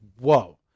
Whoa